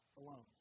alone